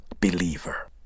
believer